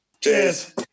Cheers